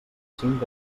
cinc